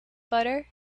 butter